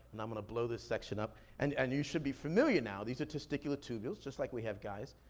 and i'm gonna blow this section up. and and you should be familiar now, these are testicular tubules, just like we have, guys.